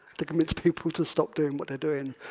to convince people to stop doing what they're doing.